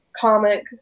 comic